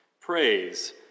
Praise